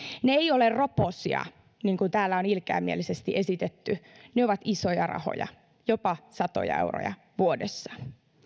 ne eivät ole roposia niin kuin täällä on ilkeämielisesti esitetty vaan ne ovat isoja rahoja jopa satoja euroja vuodessa